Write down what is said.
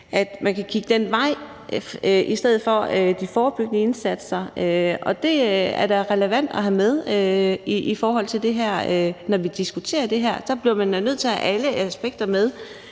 at man kan kigge den vej i stedet for mod de forebyggende indsatser. Det er da relevant at have med i forhold til det her; når vi diskuterer det her, bliver vi da nødt til at have alle aspekter med.